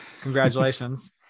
congratulations